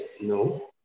No